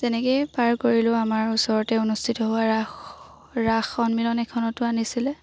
তেনেকৈয়ে পাৰ কৰিলোঁ আমাৰ ওচৰতে অনুষ্ঠিত হোৱা ৰাস ৰাস সন্মিলন এখনতো আনিছিলে